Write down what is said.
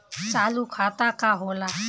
चालू खाता का होला?